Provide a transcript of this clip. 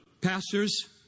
pastors